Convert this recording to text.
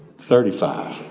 thirty five.